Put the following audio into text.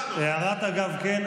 הערת אגב כן,